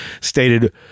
stated